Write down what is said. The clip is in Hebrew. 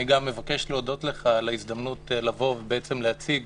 אני מבקש להודות לך על ההזדמנות לבוא ולהציג